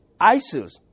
ISIS